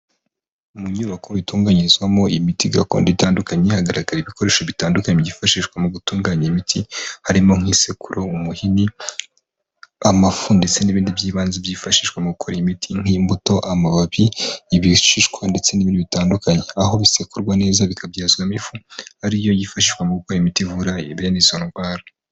Mu nyubako itunganyirizwamo imiti gakondo itandukanye hagaragara ibikoresho bitandukanye byifashishwa mu gutunganya imiti harimo nk'isekururo, umuhini, amafu ndetse n'ibindi by'ibanze byifashishwa mu gukora imiti nk'imbuto, amababi y'ibishishwa ndetse n'ibindi bitandukanye, aho bisekurwa neza bikabyazwamo ifu ariyo yifashishwa mu gukora imiti ivura bene izo ndwara.